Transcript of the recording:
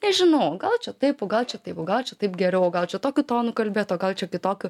nežinau gal čia taip o gal čia taip o gal čia taip geriau o gal čia tokiu tonu kalbėt o gal čia kitokiu